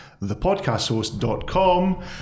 thepodcasthost.com